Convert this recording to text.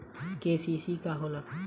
KCC का होला?